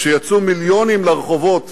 כשיצאו מיליונים לרחובות